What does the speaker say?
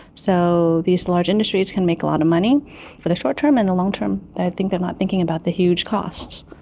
so these large industries can make a lot of money for the short term, and the long term, i think they are not thinking about the huge costs.